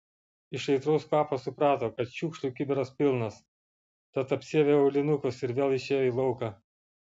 iš aitraus kvapo suprato kad šiukšlių kibiras pilnas tad apsiavė aulinukus ir vėl išėjo į lauką